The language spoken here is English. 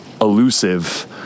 elusive